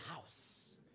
house